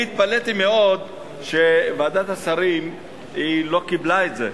אני התפלאתי מאוד שוועדת השרים לא קיבלה את זה,